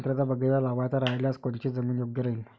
संत्र्याचा बगीचा लावायचा रायल्यास कोनची जमीन योग्य राहीन?